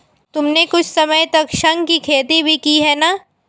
तुमने कुछ समय तक शंख की खेती भी की है ना?